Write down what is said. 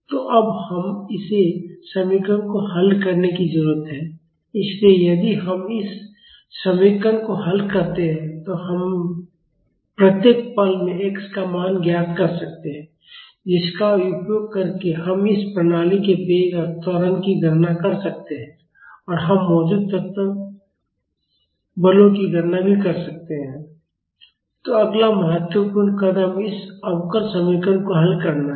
तो अब हमें इस समीकरण को हल करने की जरूरत है इसलिए यदि हम इस समीकरण को हल करते हैं तो हम प्रत्येक पल में x का मान ज्ञात कर सकते हैं जिसका उपयोग करके हम इस प्रणाली के वेग और त्वरण की गणना कर सकते हैं और हम मौजूद तत्व बलों की गणना भी कर सकते हैं mẍ kx 0 तो अगला महत्वपूर्ण कदम इस अवकल समीकरण को हल करना है